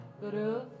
guru